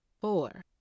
Four